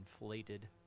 inflated